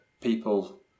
people